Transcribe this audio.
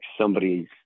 somebody's